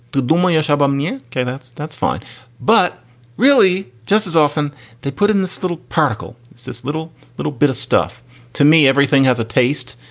the dominguez album. yeah. that's, that's fine but really just as often they put in this little particle, it's this little little bit of stuff to me everything has a taste.